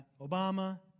Obama